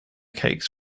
cakes